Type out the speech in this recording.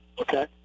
Okay